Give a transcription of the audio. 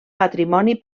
patrimoni